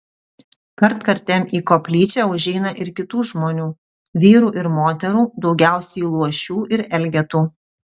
kartkartėm į koplyčią užeina ir kitų žmonių vyrų ir moterų daugiausiai luošių ir elgetų